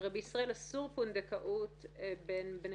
הרי בישראל אסור פונדקאות בין בני